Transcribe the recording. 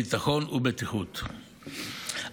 ביטחון ובטיחות,